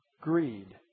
greed